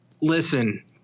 listen